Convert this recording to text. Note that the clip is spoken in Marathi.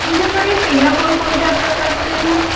तुमच्याकडे पेनं कोणकोणत्या प्रकारची आहे मग